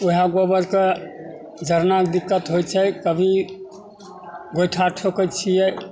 वएह गोबरसे जरनाके दिक्कत होइ छै तभी गोइठा ठोकै छिए